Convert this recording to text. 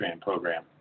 program